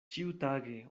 ĉiutage